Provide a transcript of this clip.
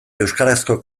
euskarazko